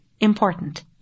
Important